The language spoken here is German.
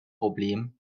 problem